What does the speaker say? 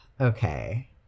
Okay